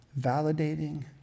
validating